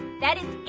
that is it.